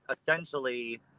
essentially